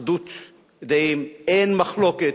אחדות דעים, אין מחלוקת,